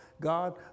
God